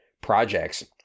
projects